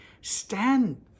Stand